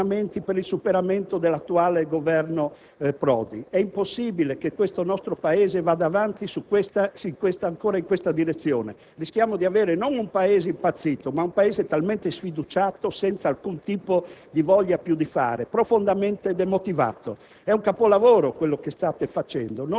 dell'attuale coalizione, comincino i ragionamenti per il superamento dell'attuale Governo Prodi. È impossibile che questo nostro Paese vada avanti ancora in questa direzione: rischiamo di avere non un Paese impazzito, ma un Paese talmente sfiduciato da non avere alcun tipo di voglia di fare e profondamente demotivato.